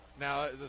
Now